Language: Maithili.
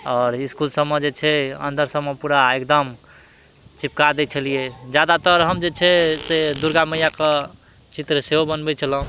आओर इसकुल सबमे जे छै अन्दर सब मऽ पूरा एकदम चिपका दै छलियै जादातर हम जे छै से दुर्गा मैया कऽ चित्र सेहो बनबै छलौ